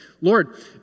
Lord